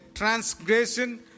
Transgression